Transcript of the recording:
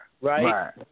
right